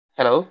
Hello